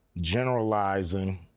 generalizing